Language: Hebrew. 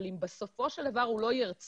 אבל אם בסופו של דבר הוא לא ירצה,